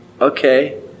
okay